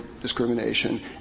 discrimination